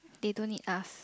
they don't need us